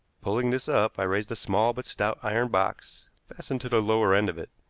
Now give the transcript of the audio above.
pulling this up, i raised a small but stout iron box fastened to the lower end of it.